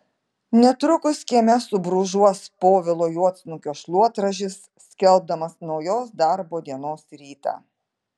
netrukus kieme subrūžuos povilo juodsnukio šluotražis skelbdamas naujos darbo dienos rytą